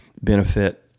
benefit